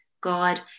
God